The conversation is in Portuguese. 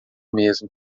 mesmo